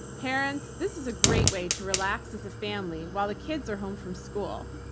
parents, this is a great way to relax as a family while the kids are home from school.